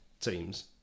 teams